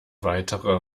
weiterer